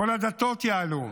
כל הדתות יעלו,